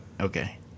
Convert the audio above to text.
okay